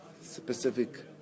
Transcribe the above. specific